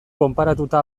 konparatuta